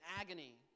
agony